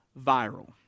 viral